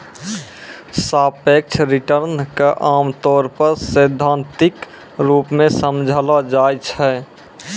सापेक्ष रिटर्न क आमतौर पर सैद्धांतिक रूप सें समझलो जाय छै